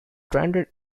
stranded